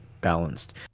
balanced